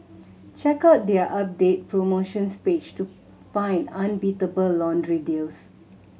check out their updated promotions page to find unbeatable laundry deals